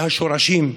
מהשורשים,